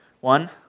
One